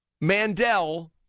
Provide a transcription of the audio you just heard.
Mandel